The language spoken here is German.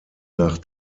nach